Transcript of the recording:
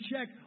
check